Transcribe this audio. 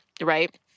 right